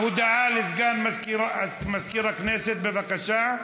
הודעה לסגן מזכירת הכנסת, בבקשה.